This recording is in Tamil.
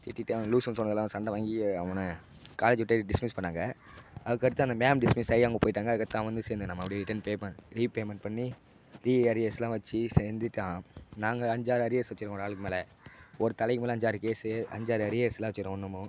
திட்டிவிட்டு அவனை லூசுன்னு சொன்னதில் அவன் சண்டை வாங்கி அவனை காலேஜை விட்டே டிஸ்மிஸ் பண்ணாங்க அதுக்கு அடுத்து அந்த மேம் டிஸ்மிஸ் ஆகி அவங்கள் போய்ட்டாங்க அதுக்கு அடுத்து அவன் வந்து சேர்ந்துகின்னா மறுபடி ரிட்டன் பேப ரீபேமெண்ட் பண்ணி ரீஅரியர்ஸெலாம் வச்சு சேர்ந்துட்டான் நாங்கள் அஞ்சு ஆறு அரியர்ஸ் வச்சு இருக்கோம் ஒரு ஆளுக்கு மேலே ஒரு தலைக்கு மேலே அஞ்சு ஆறு கேஸு அஞ்சு ஆறு அரியர்ஸ் எல்லாம் வச்சு இருக்கிறோம் இன்னமும்